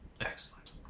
Excellent